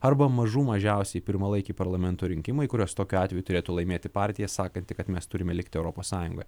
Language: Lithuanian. arba mažų mažiausiai pirmalaikiai parlamento rinkimai kuriuos tokiu atveju turėtų laimėti partija sakanti kad mes turime likti europos sąjungoje